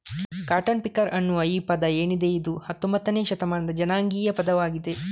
cotton picker ಅನ್ನುವ ಈ ಪದ ಏನಿದೆ ಇದು ಹತ್ತೊಂಭತ್ತನೇ ಶತಮಾನದ ಜನಾಂಗೀಯ ಪದವಾಗಿದೆ